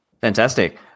fantastic